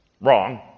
wrong